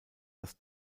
dass